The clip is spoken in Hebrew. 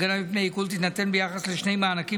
הגנה מפני עיקול תינתן ביחס לשני מענקים